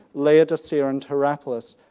laodicea and hierapolis,